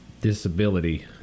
disability